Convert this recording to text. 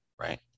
right